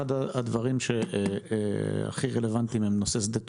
אחד הדברים הכי רלוונטיים זה נושא שדה התעופה.